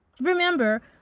remember